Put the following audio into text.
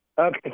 Okay